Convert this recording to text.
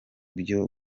byo